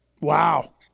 Wow